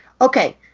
okay